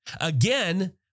again